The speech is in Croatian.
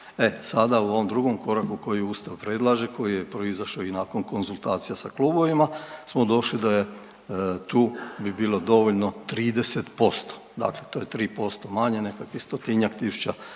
sada u ovom drugom koraku koji Ustav predlaže koji je proizašao i nakon konzultacija sa klubovima smo došli da tu bi bilo dovoljno 30%, dakle to je 3% manje nekakvih stotinjak tisuća